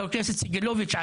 חבר הכנסת סגלוביץ׳,